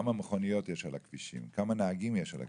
כמה מכוניות יש על הכבישים וכמה נהגים יש על הכבישים,